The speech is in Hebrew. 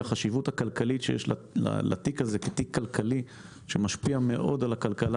לתיק זה יש חשיבות גם מהבחינה